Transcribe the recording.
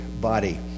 body